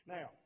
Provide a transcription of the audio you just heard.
Now